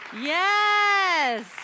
Yes